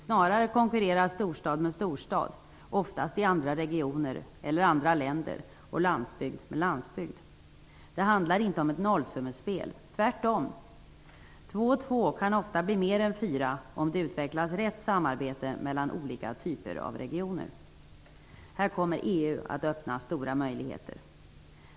Snarare konkurrerar storstad med storstad, oftast i andra regioner och i andra länder, och landsbygd med landsbygd. Det handlar inte om ett nollsummespel. Tvärtom kan två och två ofta bli mer än fyra, om det utvecklas rätt samarbete mellan olika typer av regioner. Här kommer EU att öppna stora möjligheter.